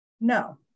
No